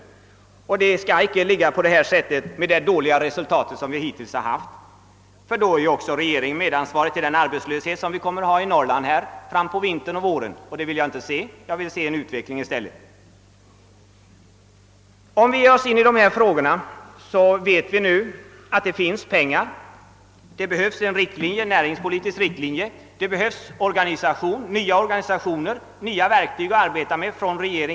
Dessa frågor skall inte skötas som hittills med det dåliga resultat det medfört. Då blir också regeringen medansvarig till den arbetslöshet som vi fram på vintern och våren kommer att få. Något sådant vill jag inte se; jag vill se utveckling i stället. Det finns pengar. Vad som behövs är en näringspolitisk riktlinje. Det behövs ny organisation, regeringen behöver nya verktyg för att lösa dessa frågor.